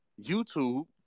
YouTube